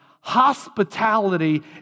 Hospitality